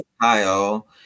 Kyle